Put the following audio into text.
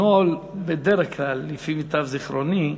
הנוהל, בדרך כלל, לפי מיטב זיכרוני,